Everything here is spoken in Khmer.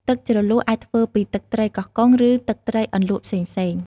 ទឹកជ្រលក់អាចធ្វើពីទឹកត្រីកោះកុង ឬទឹកត្រីអន្លក់ផ្សេងៗ។